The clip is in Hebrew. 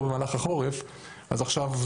נחשב כיישוב של מועצה אזורית מטה יהודה,